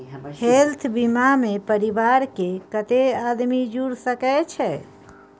Health बीमा मे परिवार के कत्ते आदमी जुर सके छै?